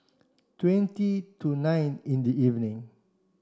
twenty to nine in the evening